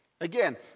Again